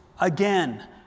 again